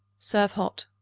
serve hot.